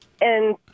and-